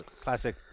classic